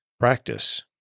Practice